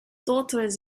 d’autres